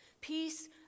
Peace